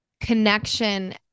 connection